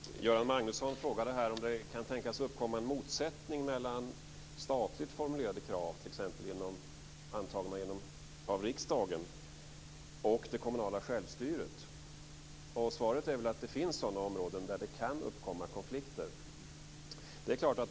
Fru talman! Göran Magnusson frågade om det kan tänkas uppkomma en motsättning mellan statligt formulerade krav, antagna av riksdagen, och det kommunala självstyret. Svaret är att det finns områden där det kan uppkomma konflikter.